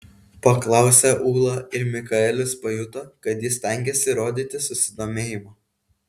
paklausė ūla ir mikaelis pajuto kad ji stengiasi rodyti susidomėjimą